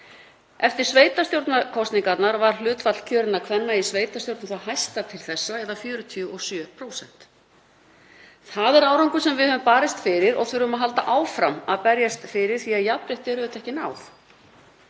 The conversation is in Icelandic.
Eftir sveitarstjórnarkosningarnar var hlutfall kjörinna kvenna í sveitarstjórnum það hæsta til þessa eða 47%. Það er árangur sem við höfum barist fyrir og þurfum að halda áfram að berjast fyrir því að jafnrétti er auðvitað ekki náð.